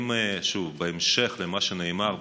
בהמשך למה שנאמר,